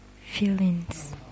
feelings